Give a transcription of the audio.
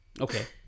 Okay